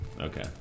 Okay